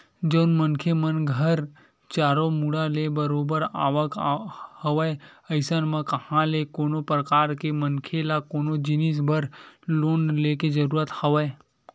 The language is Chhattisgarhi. जउन मनखे मन घर चारो मुड़ा ले बरोबर आवक हवय अइसन म कहाँ ले कोनो परकार के मनखे ल कोनो जिनिस बर लोन लेके जरुरत हवय